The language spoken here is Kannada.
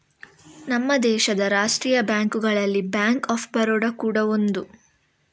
ನಮ್ಮ ದೇಶದ ರಾಷ್ಟೀಯ ಬ್ಯಾಂಕುಗಳಲ್ಲಿ ಬ್ಯಾಂಕ್ ಆಫ್ ಬರೋಡ ಕೂಡಾ ಒಂದು